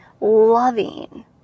loving